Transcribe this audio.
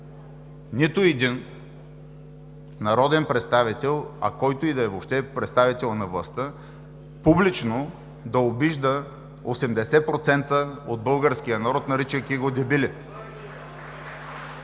нито един народен представител, който и да е представител на властта, публично да обижда 80% от българския народ, наричайки го „дебили“.